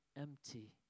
empty